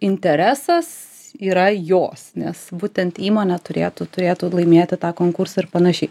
interesas yra jos nes būtent įmonė turėtų turėtų laimėti tą konkursą ir panašiai